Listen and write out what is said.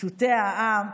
פשוטי העם,